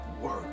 work